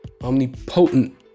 omnipotent